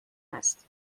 است